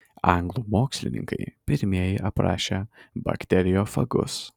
anglų mokslininkai pirmieji aprašė bakteriofagus